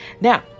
Now